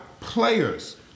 players